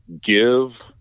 give